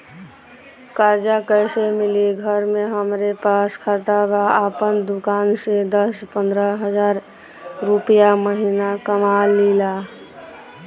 कर्जा कैसे मिली घर में हमरे पास खाता बा आपन दुकानसे दस पंद्रह हज़ार रुपया महीना कमा लीला?